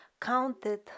counted